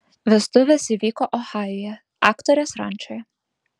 vestuvės įvyko ohajuje aktorės rančoje